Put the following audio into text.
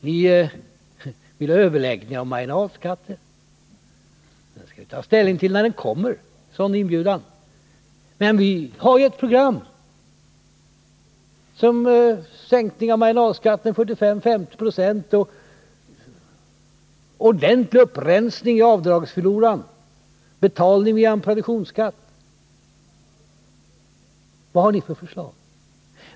Ni vill ha överläggningar om marginalskatterna. Vi skall ta ställning till en sådan inbjudan när den kommer, men vi har ett program som innebär en sänkning av marginalskatten från 75 96 till 50 26 och en ordentlig upprensning i avdragsfloran. Detta skall betalas via en produktionsskatt. Vad har ni för förslag?